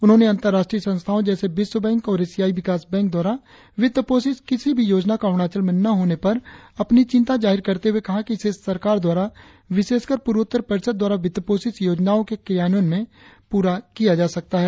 उन्होंने अंतर्राष्ट्रीय संस्थाओं जैसे विश्व बैंक और एशियाई विकास बैंक द्वारा वित्त पोषित किसी भी योजना का अरुणाचल में न होने पर अपनी चिंता जाहिर करते हुए कहा कि इसे सरकार द्वारा विशेषकर पूर्वोत्तर परिषद द्वारा वित्तपोषित योजनाओं के क्रियान्वयन से पूरा किया जा सकता है